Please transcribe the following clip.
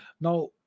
Now